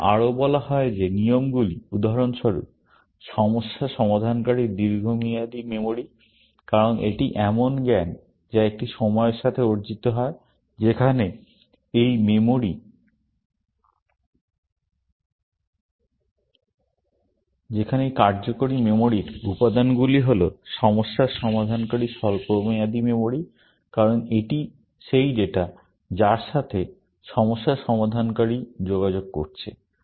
আমাদের আরও বলা হয় যে নিয়মগুলি উদাহরণস্বরূপ সমস্যা সমাধানকারীর দীর্ঘমেয়াদী মেমরি কারণ এটি এমন জ্ঞান যা একটি সময়ের মধ্যে অর্জিত হয় যেখানে এই কার্যকরী মেমোরির উপাদানগুলি হল সমস্যার সমাধানকারীর স্বল্পমেয়াদী মেমরি কারণ এটি সেই ডেটা যার সাথে সমস্যা সমাধানকারী যোগাযোগ করছে